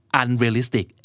unrealistic